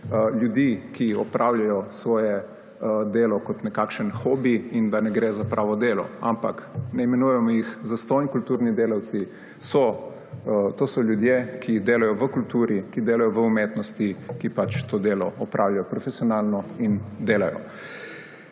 ljudi, ki opravljajo svoje delo kot nekakšen hobi, in kot da ne gre za pravo delo. Ampak ne imenujemo jih zastonj kulturni delavci. To so ljudje, ki delajo v kulturi, ki delajo v umetnosti, ki pač to delo opravljajo profesionalno in delajo.